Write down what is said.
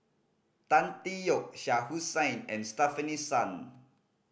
Tan Tee Yoke Shah Hussain and Stefanie Sun